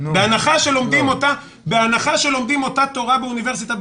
בהנחה שלומדים אותה תורה באוניברסיטה,